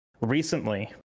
recently